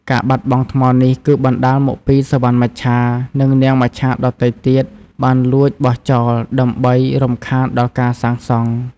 ការបាត់បង់ថ្មនេះគឺបណ្ដាលមកពីសុវណ្ណមច្ឆា និងនាងមច្ឆាដទៃទៀតបានលួចបោះចោល ដើម្បីរំខានដល់ការសាងសង់។